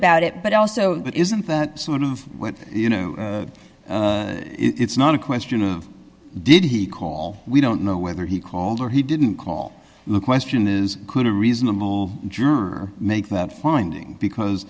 about it but also but isn't that sort of what you know it's not a question of did he call we don't know whether he called or he didn't call the question is could a reasonable juror make that finding because